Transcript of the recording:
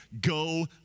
go